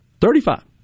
Thirty-five